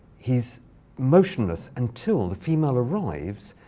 he's motionless, until the female arrives,